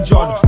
John